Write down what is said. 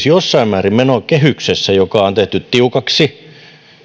jossain määrin menokehyksessä joka on tehty tiukaksi